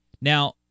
Now